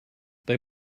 they